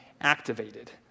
activated